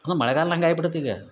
ಮಳೆಗಾಲ್ದಂಗೆ ಆಗಿ ಬಿಟ್ಟದ್ ಈಗ